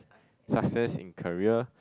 success in career